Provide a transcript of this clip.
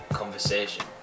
conversation